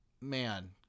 man